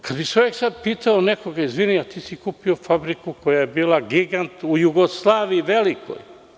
Kada bi čovek sada pitao nekog – izvini, a ti si kupi fabriku koja je bila gigant u Jugoslaviji velikoj.